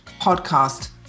podcast